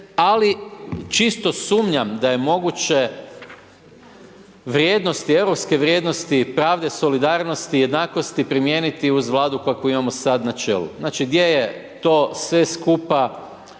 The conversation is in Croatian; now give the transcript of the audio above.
ali čisto sumnjam da je moguće vrijednosti, europske vrijednosti, pravde solidarnosti i jednakosti primijeniti uz Vladu kakvu imamo sada na čelu. Znači gdje je to sve skupa